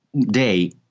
day